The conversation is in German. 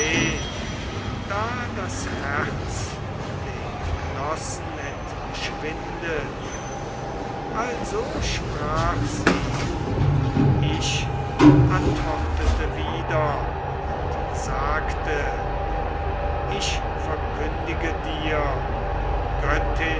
da das herz den genossen entschwindet also sprach sie und ich antwortete wieder und sagte ich verkündige dir o